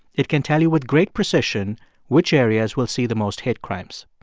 it can tell you with great precision which areas will see the most hate crimes.